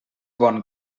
bon